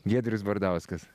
giedrius bardauskas